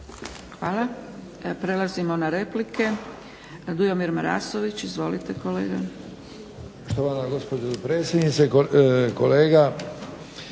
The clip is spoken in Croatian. Hvala. Prelazimo na replike. Dujomir Marasović. Izvolite kolega.